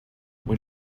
when